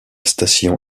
station